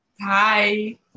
Hi